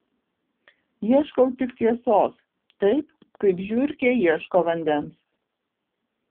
ieškau tik tiesos taip kaip žiurkė ieško vandens